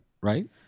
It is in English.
right